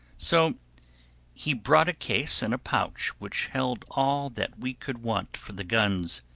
so he brought a case and a pouch which held all that we could want for the guns.